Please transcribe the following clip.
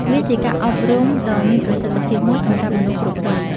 វាជាការអប់រំដ៏មានប្រសិទ្ធភាពមួយសម្រាប់មនុស្សគ្រប់វ័យ។